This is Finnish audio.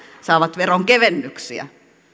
saavat veronkevennyksiä